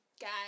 guys